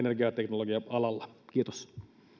energiateknologia alalla kiitos